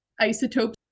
isotopes